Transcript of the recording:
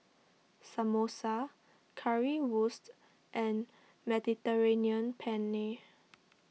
Samosa Currywurst and Mediterranean Penne